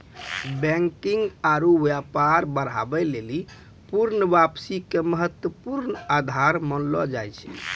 banking आरु व्यापार बढ़ाबै लेली पूर्ण वापसी के महत्वपूर्ण आधार मानलो जाय छै